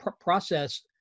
process